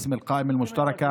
בשמה של הרשימה המשותפת,